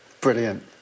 Brilliant